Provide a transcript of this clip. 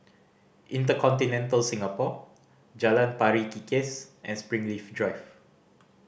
InterContinental Singapore Jalan Pari Kikis and Springleaf Drive